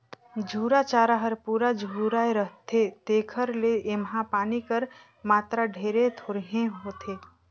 झूरा चारा हर पूरा झुराए रहथे तेकर ले एम्हां पानी कर मातरा ढेरे थोरहें होथे